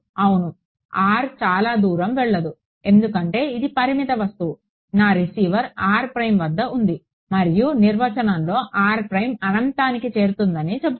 అవును r చాలా దూరం వెళ్లదు ఎందుకంటే ఇది పరిమిత వస్తువు నా రిసీవర్ వద్ద ఉంది మరియు నిర్వచనంలో అనంతానికి చేరుతుందని చెబుతుంది